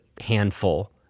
handful